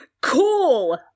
Cool